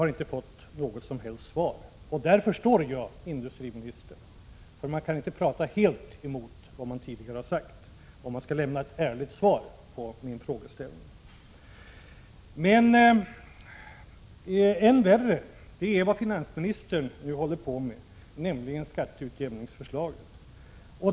Härvidlag förstår jag hänsyn inom alla ”politikområden” industriministern, för han kan inte tala helt emot vad han tidigare sagt, om han skall lämna ett ärligt svar på min frågeställning. Än värre är vad finansministern håller på med, nämligen skatteutjämningsförslaget.